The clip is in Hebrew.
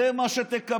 ולכן זה מה שתקבלו.